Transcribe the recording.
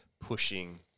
pushing